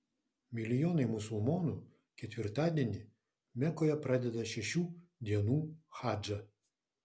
milijonai musulmonų ketvirtadienį mekoje pradeda šešių dienų hadžą